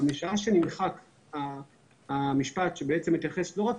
אבל משעה שנמחק המשפט שמתייחס לא רק